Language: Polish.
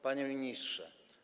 Panie Ministrze!